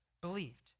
believed